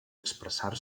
expressar